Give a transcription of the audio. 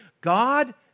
God